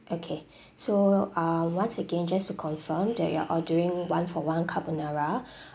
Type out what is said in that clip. okay so um once again just to confirm that you're ordering one for one carbonara